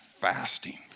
fasting